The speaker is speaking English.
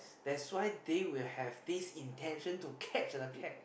that's why they will have this intention to catch the cat